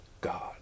God